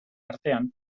artean